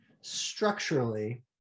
structurally